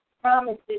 promises